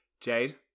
Jade